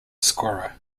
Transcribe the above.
scorer